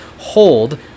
hold